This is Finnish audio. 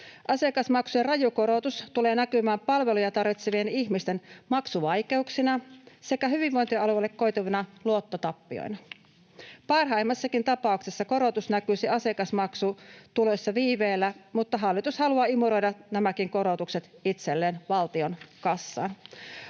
asiakasmaksujen raju korotus tulee näkymään palveluja tarvitsevien ihmisten maksuvaikeuksina sekä hyvinvointialueille koituvina luottotappioina. Parhaimmassakin tapauksessa korotus näkyisi asiakasmaksutuloissa viiveellä, mutta hallitus haluaa imuroida nämäkin korotukset itselleen valtion kassaan.